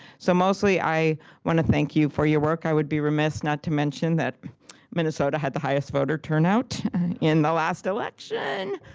so mostly, i want to thank you for your work. i would be remiss not to mention that minnesota had the highest voter turnout in the last election!